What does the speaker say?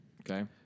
Okay